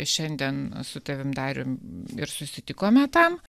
šiandien su tavim darium ir susitikome tam